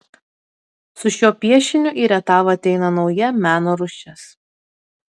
su šiuo piešiniu į rietavą ateina nauja meno rūšis